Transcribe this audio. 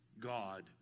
God